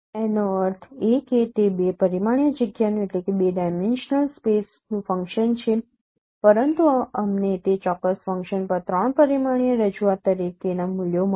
એનો અર્થ એ કે તે 2 પરિમાણીય જગ્યાનું ફંક્શન છે પરંતુ અમને તે ચોક્કસ ફંક્શન પર 3 પરિમાણીય રજૂઆત તરીકેના મૂલ્યો મળશે